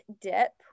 dip